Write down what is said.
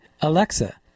Alexa